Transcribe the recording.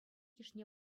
йышне